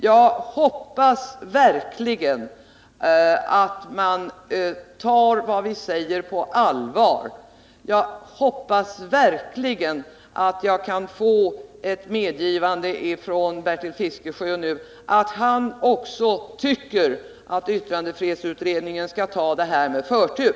Jag hoppas verkligen att man tar vad vi säger på allvar. Jag hoppas verkligen att jag kan få ett medgivande från Bertil Fiskesjö nu, att han också tycker att yttrandefrihetsutredningen skall ta denna fråga med förtur.